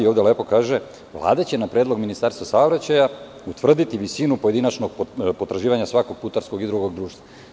Ovde lepo kaže – Vlada će na predlog Ministarstva saobraćaja utvrditi visinu pojedinačnog potraživanja svakog putarskog i drugog društva.